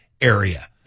area